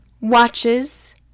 Watches